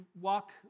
walk